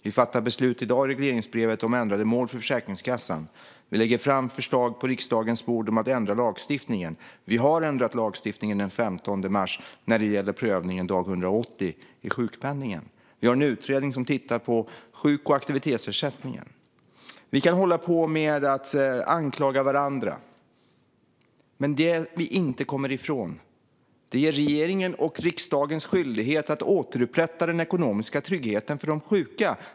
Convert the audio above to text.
Vi fattar beslut i dag i regleringsbrevet om ändrade mål för Försäkringskassan. Vi lägger fram förslag på riksdagens bord om att ändra lagstiftningen. Vi har ändrat lagstiftningen - den 15 mars gjorde vi det - när det gäller prövningen dag 180 i sjukpenningen. Vi har en utredning som tittar på sjuk och aktivitetsersättningen. Vi kan hålla på med att anklaga varandra, men det vi inte kommer ifrån är att det är regeringens och riksdagens skyldighet att återupprätta den ekonomiska tryggheten för de sjuka.